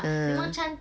ah